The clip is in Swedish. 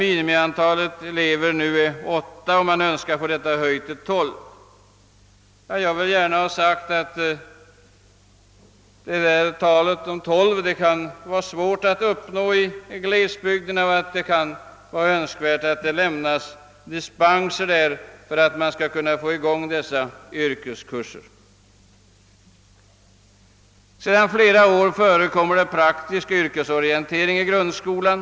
Minimiantalet elever är nu åtta och man önskar höja det till tolv. Detta antal kan vara svårt att nå i glesbygder. Därför kan det vara lämpligt att det där lämnas dispenser för att man skall kunna få i gång dessa yrkeskurser. Sedan flera år förekommer praktisk yrkesorientering i grundskolan.